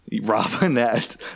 Robinette